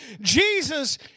Jesus